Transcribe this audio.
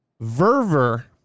verver